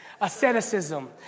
asceticism